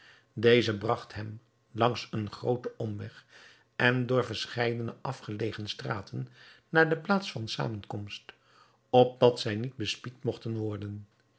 deze bragt hem langs een grooten omweg en door verscheidene afgelegen straten naar de plaats van zamenkomst opdat zij niet bespied mogten worden